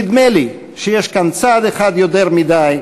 נדמה לי שיש כאן צעד אחד יותר מדי,